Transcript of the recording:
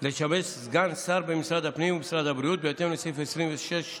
לשמש סגן שר במשרד הפנים ובמשרד הבריאות בהתאם לסעיף 26(2)